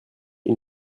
ils